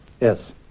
Yes